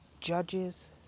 Judges